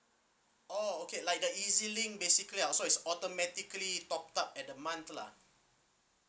oh okay like the EZ link basically ah so it's automatically topped up at the month lah